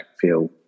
feel